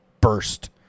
burst